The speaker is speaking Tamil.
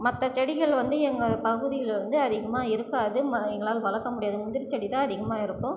மற்ற செடிகள் வந்து எங்கள் பகுதியில் வந்து அதிகமாக இருக்காது எங்களால் வளர்க்க முடியாது முந்திரி செடி தான் அதிகமாக இருக்கும்